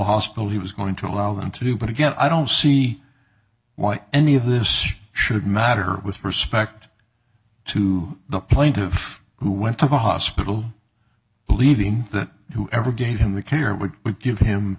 hospital he was going to allow them to but again i don't see why any of this should matter with respect to the plaintiff who went to the hospital believing that whoever gave him the care would give him